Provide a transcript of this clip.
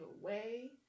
away